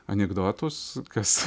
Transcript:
anekdotus kas